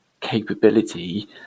capability